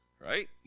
Right